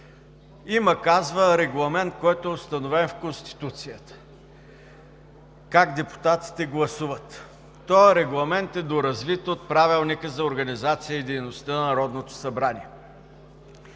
Има – казва – регламент, който е установен в Конституцията – как депутатите гласуват. Този регламент е доразвит от Правилника за организацията и